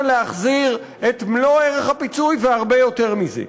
להחזיר את מלוא ערך הפיצוי והרבה יותר מזה.